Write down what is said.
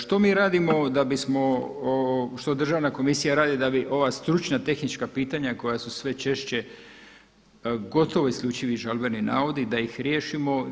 Što mi radimo da bismo, što Državna komisija radi da bi ova stručna tehnička pitanja koja su sve češće gotovo isključivi žalbeni navodi da ih riješimo.